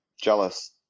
jealous